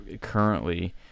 currently